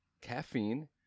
caffeine